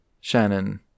Shannon